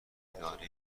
اداره